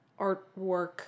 artwork